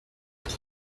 pour